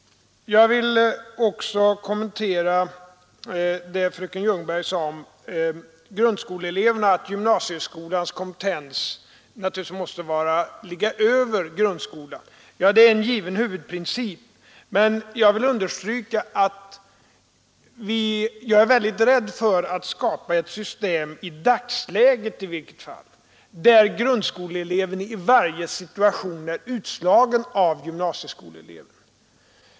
Jag vill också kommentera det fröken Ljungberg sade om att gymnasieskolans kompetens naturligtvis måste ligga över grundskolans. Ja, det är en given huvudprincip, men jag vill understryka att jag är väldigt rädd för att skapa ett system — i dagsläget i varje fall — där grundskoleeleven i varje situation är utslagen av gymnasieskoleeleven.